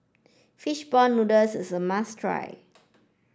fish ball noodles is a must try